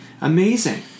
amazing